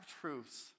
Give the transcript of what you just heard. truths